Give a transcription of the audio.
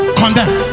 condemn